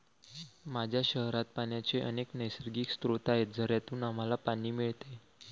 माझ्या शहरात पाण्याचे अनेक नैसर्गिक स्रोत आहेत, झऱ्यांतून आम्हाला पाणी मिळते